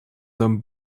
them